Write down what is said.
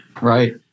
right